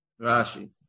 Rashi